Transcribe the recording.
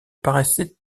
paraissait